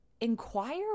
inquire